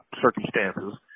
circumstances